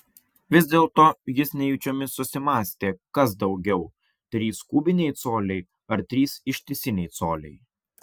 vis dėlto jis nejučiomis susimąstė kas daugiau trys kubiniai coliai ar trys ištisiniai coliai